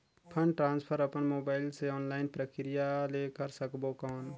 Fund transfer अपन mobile मे online प्रक्रिया ले कर सकबो कौन?